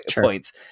points